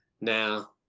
Now